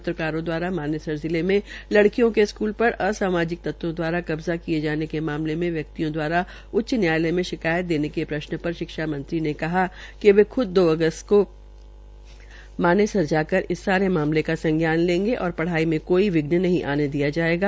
पत्रकारों द्वारा मानेसर जिले में ल्ड़कियों के स्कूल पर असामाजिक तत्वों द्वारा कब्जा किये जाने के मामले में व्यक्तियों द्वारा उच्च न्यायालय में शिकायत देने के प्रश्न पर शिक्षा मंत्री ने कहा कि वे ख्द दो अगस्त को मानेसर जाकर इस बारे सारे मामले का संज्ञान लेगें और पढ़ाई में कोई विघन नहीं आने दिया जायेगा